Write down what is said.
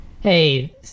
Hey